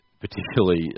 particularly